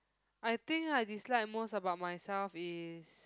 I think I dislike most about myself is